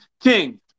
King